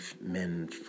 men